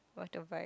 motorbike